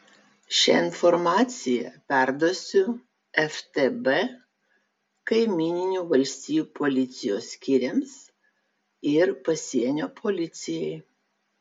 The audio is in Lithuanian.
šią informaciją perduosiu ftb kaimyninių valstijų policijos skyriams ir pasienio policijai